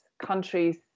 Countries